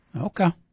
Okay